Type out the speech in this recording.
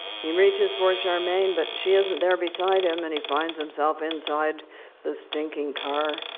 he reaches for charmaine, but she isn't there beside him, and he finds himself inside this stinking car,